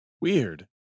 Weird